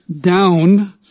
down